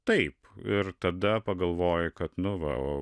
taip ir tada pagalvoji kad nu va